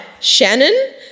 Shannon